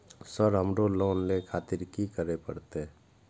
Sir हमरो loan ले खातिर की करें परतें?